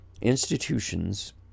institutions